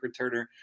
returner